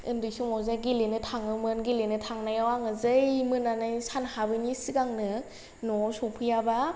उन्दै समावजे गेलेनो थाङोमोन गेलेनो थांनायाव आङो जै मोननानाय सान हाबैनि सिगांनो नआव सौफैयाबा